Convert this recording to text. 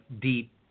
deep